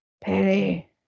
Penny